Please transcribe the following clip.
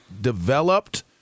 developed